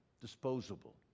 disposable